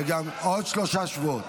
עוד שלושה שבועות,